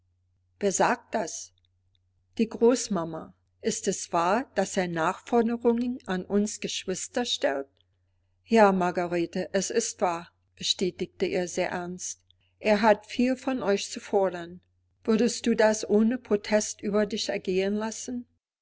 wer sagt das die großmama ist es wahr daß er nachforderungen an uns geschwister stellt ja margarete es ist wahr bestätigte er sehr ernst er hat viel von euch zu fordern würdest du das ohne protest über dich ergehen lassen